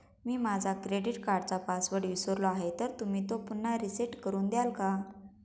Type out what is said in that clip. मी माझा क्रेडिट कार्डचा पासवर्ड विसरलो आहे तर तुम्ही तो पुन्हा रीसेट करून द्याल का?